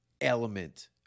element